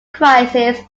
crisis